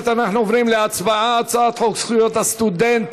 אני מוכרח לומר: אינני מכיר מצב שבו אין פערים בתמונת המודיעין.